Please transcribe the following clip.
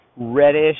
reddish